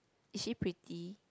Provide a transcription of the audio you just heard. is she pretty